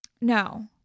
No